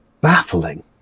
baffling